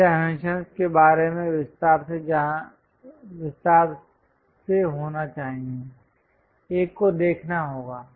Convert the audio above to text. इन dimensions के बारे में विस्तार से होना चाहिए एक को दिखाना होगा